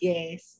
Yes